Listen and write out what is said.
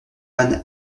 van